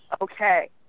okay